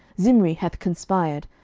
zimri hath conspired,